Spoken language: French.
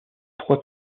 trois